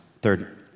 third